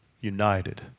united